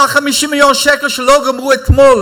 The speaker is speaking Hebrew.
וה-50 מיליון שקל שלא גמרו אתמול,